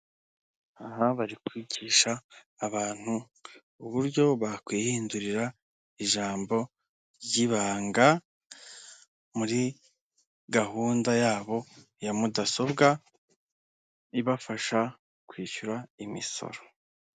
Aha bari kwigisha abantu uburyo bakwihindurira ijambo ry'ibanga, muri gahunda yabo ya mudasobwa, ibafasha kwishyura imisoro.